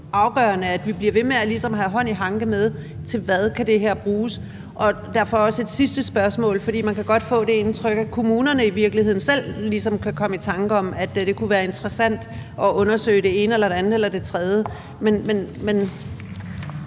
at vi bliver ved med ligesom at have hånd i hanke med, hvad det her kan bruges til. Derfor har jeg også et sidste spørgsmål, for man kan godt få det indtryk, at kommunerne i virkeligheden selv ligesom kan komme i tanke om, at det kunne være interessant at undersøge det ene eller det andet eller det tredje. Men